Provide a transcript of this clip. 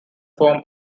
form